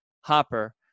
Hopper